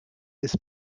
this